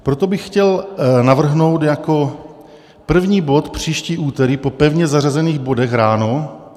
Proto bych chtěl navrhnout jako první bod příští úterý po pevně zařazených bodech ráno.